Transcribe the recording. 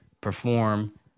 perform